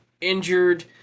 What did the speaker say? injured